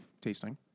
tasting